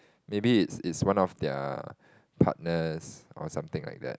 maybe it's it's one of their partners or something like that